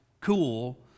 cool